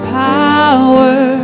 power